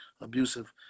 abusive